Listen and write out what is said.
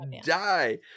die